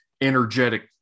energetic